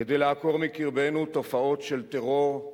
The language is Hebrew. כדי לעקור מקרבנו תופעות של טרור,